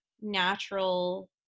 natural